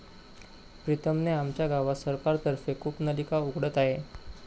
प्रीतम ने आमच्या गावात सरकार तर्फे कूपनलिका उघडत आहे